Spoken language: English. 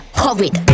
horrid